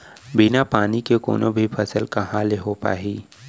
बिना पानी के कोनो भी फसल कहॉं ले हो पाही?